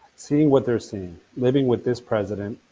seeing what they're seeing, living with this president,